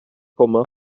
komma